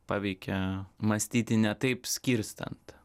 paveikė mąstyti ne taip skirstant